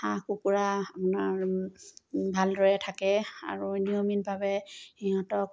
হাঁহ কুকুৰা আপোনাৰ ভালদৰে থাকে আৰু নিয়মিতভাৱে সিহঁতক